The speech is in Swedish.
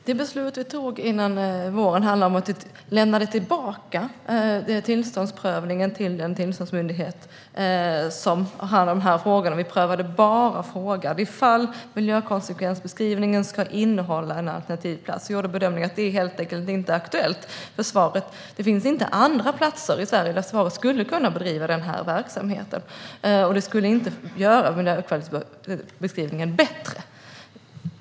Herr talman! Det beslut som vi fattade före våren innebar att vi överlämnade tillståndsprövningen till den tillståndsmyndighet som har hand om dessa frågor. Vi prövade bara frågan ifall miljökonsekvensbeskrivningen ska innehålla en alternativ plats och gjorde bedömningen att det inte var aktuellt för försvaret. Det finns inga andra platser i Sverige där försvaret skulle kunna bedriva den här verksamheten, och det skulle inte göra miljökonsekvensbeskrivningen bättre.